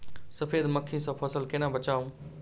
सफेद मक्खी सँ फसल केना बचाऊ?